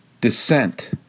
descent